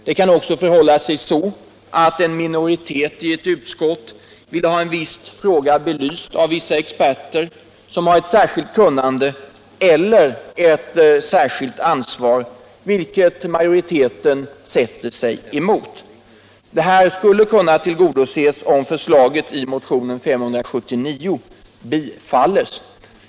Det kan också förhålla sig så att en minoritet i ett utskott vill ha en fråga belyst av vissa experter som besitter ett särskilt kunnande eller som har ett särskilt ansvar, vilket majoriteten sätter sig emot. Detta skulle kunna tillgodoses om förslaget i motionen 579 bifalls.